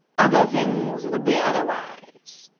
other things would be otherwise.